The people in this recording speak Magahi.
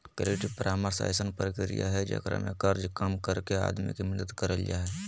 क्रेडिट परामर्श अइसन प्रक्रिया हइ जेकरा में कर्जा कम करके आदमी के मदद करल जा हइ